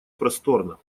просторно